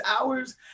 hours